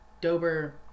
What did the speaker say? Dober